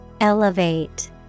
Elevate